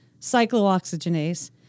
cyclooxygenase